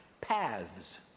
paths